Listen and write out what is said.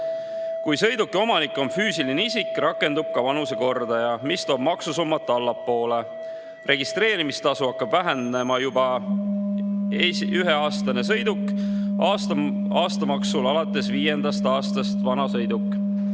Kui sõiduki omanik on füüsiline isik, rakendub ka [sõiduki] vanusekordaja, mis toob maksusummat allapoole. Registreerimistasu hakkab vähenema juba üheaastasel sõidukil, aastamaks viis aastat vanal sõidukil.